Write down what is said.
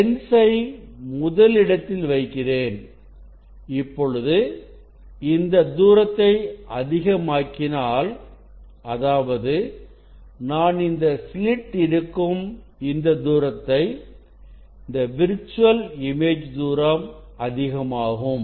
லென்சை முதல் இடத்தில் வைக்கிறேன் இப்பொழுது இந்த தூரத்தை அதிகமாக்கினான் அதாவது நான் இந்த ஸ்லிட் இருக்கும் இந்த தூரத்தை இந்த விர்ச்சுவல் இமேஜ் தூரம் அதிகமாகும்